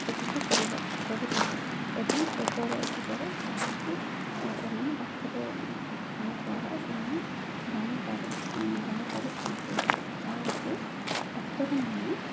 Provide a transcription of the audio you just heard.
ଚିକିତ୍ସା କରିବା କରୁଥିଲେ ଏବଂ ଏବର ଯୁଗରେ ଯାହାକି ଏମାନେ ଡାକ୍ତରଖାନା ଦ୍ୱାରା ସେମାନେ ଜାଣିପାରୁ ଜାଣିପାରିଥାନ୍ତି ଯାହାକି ଡାକ୍ତରମାନେ